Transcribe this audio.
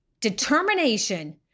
determination